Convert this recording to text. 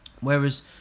Whereas